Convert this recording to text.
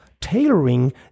tailoring